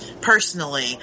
personally